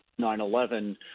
9-11